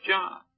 John